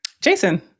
Jason